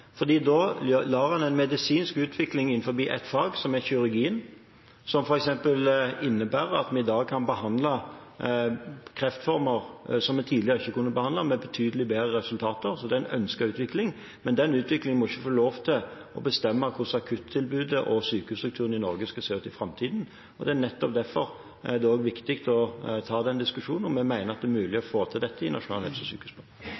En medisinsk utvikling innenfor et fag, kirurgien – som f.eks. innebærer at vi i dag kan behandle kreftformer som vi tidligere ikke kunne behandle, med betydelige bedre resultater, og det er en ønsket utvikling – må ikke få lov til å bestemme hvordan akuttilbudet og sykehusstrukturen i Norge skal se ut i framtiden. Det er nettopp derfor det også er viktig å ta den diskusjonen, og vi mener at det er mulig å få til dette i nasjonal helse- og sykehusplan.